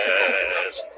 Yes